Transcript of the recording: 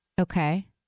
Okay